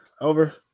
Over